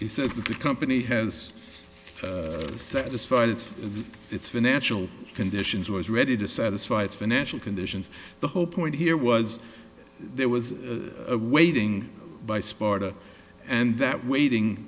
he says the company has said despite its its financial conditions was ready to satisfy its financial conditions the whole point here was there was a waiting by sparta and that waiting